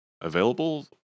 available